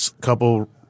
couple